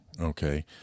okay